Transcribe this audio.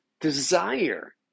desire